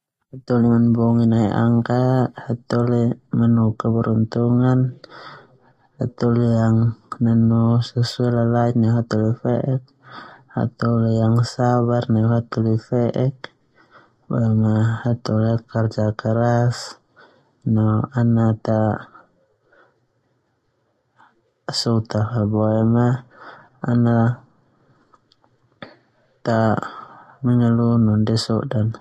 Hataholi manbongik nai angka ia nanu keberuntungan hataholi yang nanu susue lain neu hataholi fe'ek, hataholi yang sabar no hataholi mankerja keras ana ta sota boema ana ta mengeluh no ndia sodan.